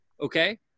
okay